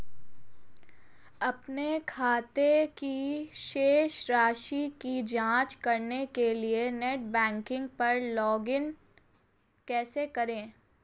अपने खाते की शेष राशि की जांच करने के लिए नेट बैंकिंग पर लॉगइन कैसे करें?